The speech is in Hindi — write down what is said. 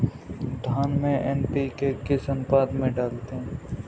धान में एन.पी.के किस अनुपात में डालते हैं?